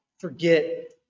forget